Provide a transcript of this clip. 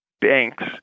banks –